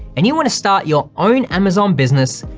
and you wanna start your own amazon business,